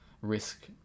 risk